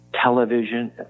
television